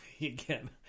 again